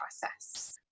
process